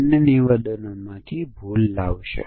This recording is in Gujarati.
આપણે 5000 નો સમાવેશ કરવો પડશે